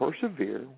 persevere